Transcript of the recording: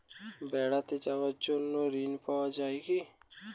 বেড়াতে যাওয়ার জন্য ঋণ পাওয়া যায় কি?